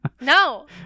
No